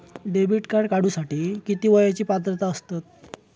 Debit card काढूसाठी किती वयाची पात्रता असतात?